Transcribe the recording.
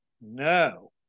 no